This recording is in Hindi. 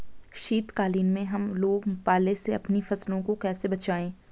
शीतकालीन में हम लोग पाले से अपनी फसलों को कैसे बचाएं?